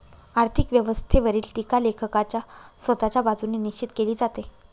आर्थिक व्यवस्थेवरील टीका लेखकाच्या स्वतःच्या बाजूने निश्चित केली जाते